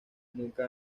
nunca